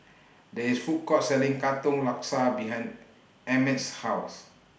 There IS A Food Court Selling Katong Laksa behind Emmet's House